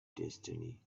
destiny